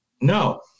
No